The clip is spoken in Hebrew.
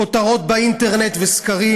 כותרות באינטרנט וסקרים,